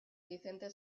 vicente